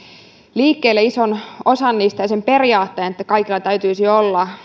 liikkeelle ison osan niistä ja sen periaatteen että kaikilla täytyisi olla